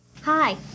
Hi